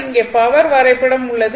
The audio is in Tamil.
இங்கே பவர் வரைபடம் உள்ளது